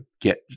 get